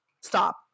stop